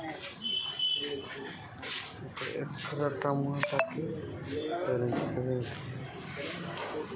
Tomato సాగుకు ఒక ఎకరానికి ఎన్ని కిలోగ్రాముల యూరియా వెయ్యాలి?